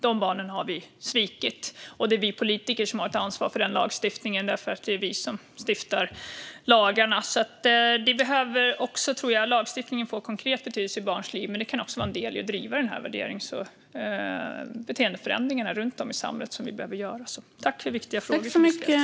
Dessa barn har vi svikit, och det är vi politiker som har ansvar för den lagstiftningen. Det är vi som stiftar lagarna. Lagstiftningen behöver få en konkret betydelse i barns liv, men den kan också vara en del i att driva de värderings och beteendeförändringar runt om i samhället som vi behöver göra. Tack för viktiga frågor som har ställts!